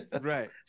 Right